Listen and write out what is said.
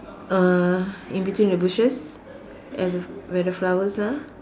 uh in between the bushes at the where the flowers are